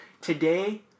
Today